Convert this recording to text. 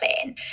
plan